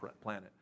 planet